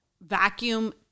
vacuum